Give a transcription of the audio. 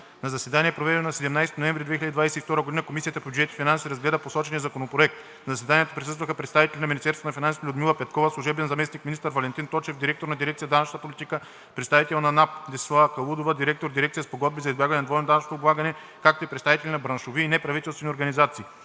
На заседание, проведено на 17 ноември 2022 г., Комисията по бюджет и финанси разгледа посочения законопроект. На заседанието присъстваха представителите на Министерството на финансите – Людмила Петкова, служебен заместник-министър; Валентин Точев – директор на дирекция „Данъчна политика“, представителят на НАП – Десислава Калудова – директор на дирекция „Спогодби за избягване на двойното данъчно облагане“, както и представители на браншови и неправителствени организации.